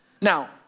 Now